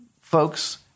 folks